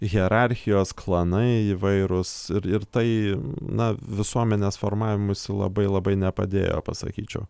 hierarchijos klanai įvairūs ir ir tai na visuomenės formavimuisi labai labai nepadėjo pasakyčiau